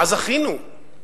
מה זכינו?